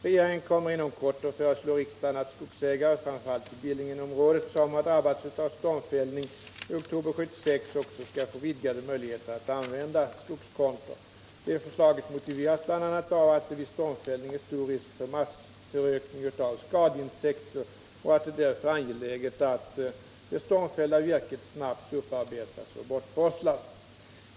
Regeringen kommer inom kort att föreslå riksdagen att skogsägare — framför allt i Billingenområdet — som har drabbats av stormfällning i oktober 1976 också skall få vidgade möjligheter att använda skogskonto. Förslaget motiveras bl.a. av att det vid stormfällning är stor risk för massförökning av skadeinsekter och att det därför är angeläget att det stormfällda virket snabbt upparbetas och bortforslas.